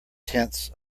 tenths